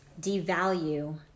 devalue